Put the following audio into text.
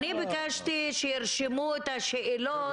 ביקשתי שירשמו את השאלות,